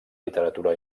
literatura